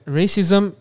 racism